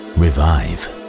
revive